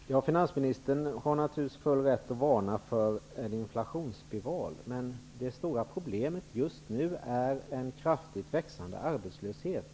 Fru talman! Finansministern är naturligtvis i sin fulla rätt att varna för en inflationsspiral. Men det stora problemet just nu är den kraftigt växande arbetslösheten.